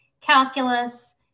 calculus